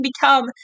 become